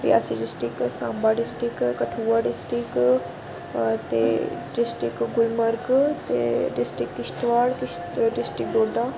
Reasi district Samba district Kathua district ते district Gulmarg ते district Kishtwar ते डिस्ट्रिक डोडा